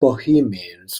bohemians